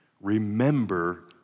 remember